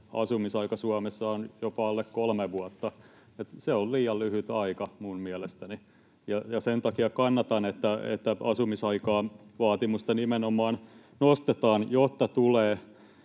asumisaika Suomessa on jopa alle kolme vuotta. Se on liian lyhyt aika minun mielestäni. Ja sen takia kannatan, että asumisaikavaatimusta nimenomaan nostetaan, jotta tulee